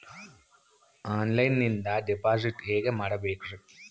ಆನ್ಲೈನಿಂದ ಡಿಪಾಸಿಟ್ ಹೇಗೆ ಮಾಡಬೇಕ್ರಿ?